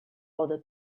other